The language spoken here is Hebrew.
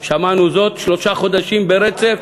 שמענו זאת שלושה חודשים ברצף.